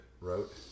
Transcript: wrote